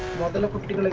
the liberty